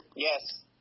Yes